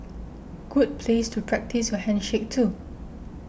good place to practise your handshake too